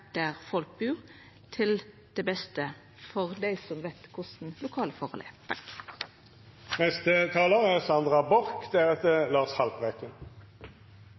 der folk bur, til det beste for dei som veit korleis dei lokale forholda er.